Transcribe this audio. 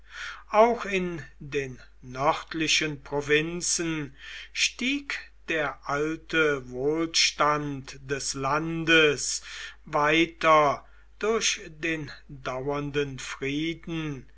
auch in den nördlichen provinzen stieg der alte wohlstand des landes weiter durch den dauernden frieden